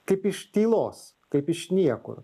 kaip iš tylos kaip iš niekur